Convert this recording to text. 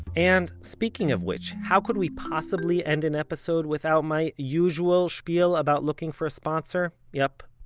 and, speaking of which how could we possibly end an episode without my usual spiel about looking for a sponsor? yup,